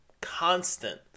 Constant